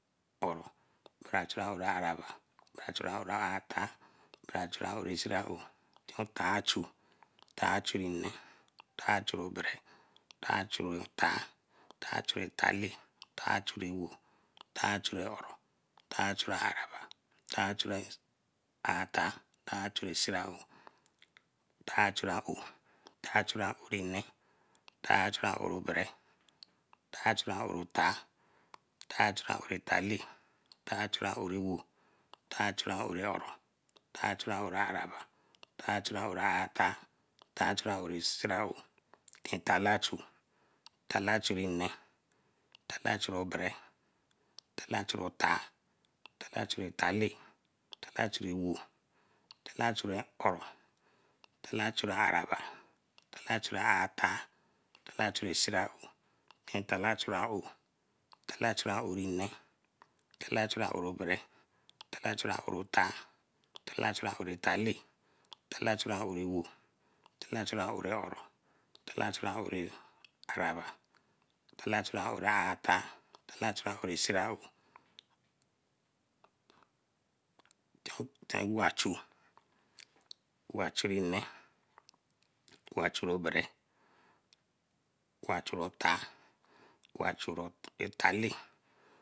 Oro, bere churi oro araba, bere churi ora atar bere achuri oro siraou, tar chu, ta chu nne, tachu obere, ta chu otar, atchu talle, tachu ewo, tachu oro, tachu araba, tachu atar, tachu siraou, tachu aowe, tachu ore nne, tachu ero bere, tachu aowe, tachu ore nne, tachu ero bere, tacha ore atar, tachu ero talle, tachu ero ewo, tachu ero oro, tachu ore araba, tachu ore atar, tachu ore siraou, tallachu, tallachu nne, talla chu obere, talla chu atar, tallachu siraou, tallachu aowe, talla chu ore nne, talla chu ore bere, talla chu ore tar, talla chu ore talle, talla chu ore ewo, tallachu ore oro, tallachu ore araba, talla chu ore atar, talla chu ore siraou, wachu, wa chu nne, wachu obere, wachu otar, wachu talle.